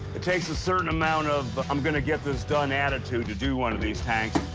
it takes a certain amount of but i'm gonna get this done attitude to do one of these tanks.